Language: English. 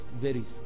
varies